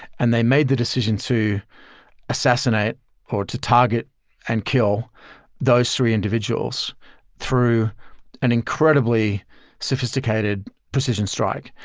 and they made the decision to assassinate or to target and kill those three individuals through an incredibly sophisticated precision strike.